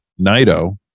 Naito